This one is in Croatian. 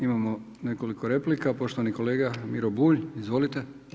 Imamo nekoliko replika, poštovani kolega Miro Bulj, izvolite.